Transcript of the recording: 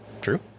True